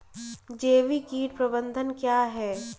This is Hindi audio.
जैविक कीट प्रबंधन क्या है?